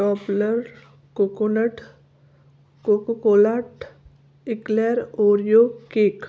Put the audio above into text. टोपलेव coconut chocolate eclair Oreo cake